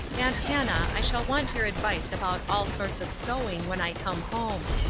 aunt hannah i shall want your advice about all sorts of sewing when i come home.